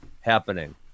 happening